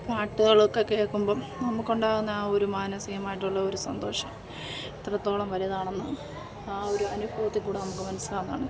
പാട്ടുകളൊക്കെ കേൾക്കുമ്പം നമുക്കുണ്ടാകുന്ന ആ ഒരു മാനസികമായിട്ടുള്ള ഒരു സന്തോഷം എത്രത്തോളം വലുതാണെന്ന് ആ ഒരു അനുഭവത്തിൽക്കൂടെ നമുക്ക് മനസ്സിലാവുന്നതാണ്